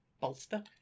bolster